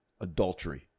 adultery